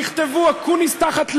תכתבו "אקוניס תחת לחץ".